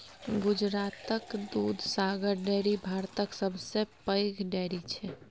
गुजरातक दुधसागर डेयरी भारतक सबसँ पैघ डेयरी छै